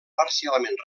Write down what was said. parcialment